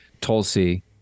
Tulsi